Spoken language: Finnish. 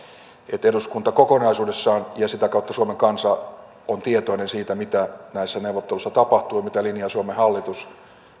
että eduskunta kokonaisuudessaan ja sitä kautta suomen kansa olisi tietoinen siitä mitä näissä neuvotteluissa tapahtuu ja mitä linjaa suomen hallitus